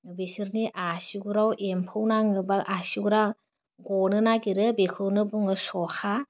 बेसोरनि आसुगुराव एम्फौ नाङो बा आसुगुरा गनो नागिरो बेखौनो बुङो सखा